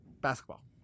Basketball